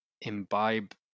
imbibe